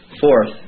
Fourth